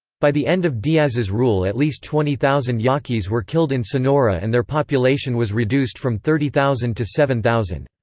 by the end of diaz's rule at least twenty thousand yaquis were killed in sonora and their population was reduced from thirty thousand to seven thousand.